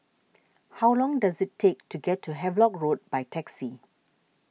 how long does it take to get to Havelock Road by taxi